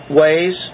ways